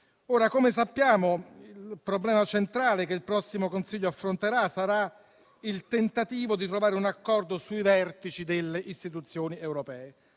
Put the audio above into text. Come sappiamo, il problema centrale che il prossimo Consiglio affronterà sarà il tentativo di trovare un accordo sui vertici delle istituzioni europee,